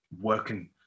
working